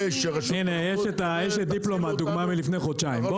הנה יש את דיפלומט דוגמה מלפני חודשיים.